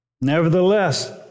Nevertheless